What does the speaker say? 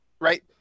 right